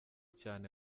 cyane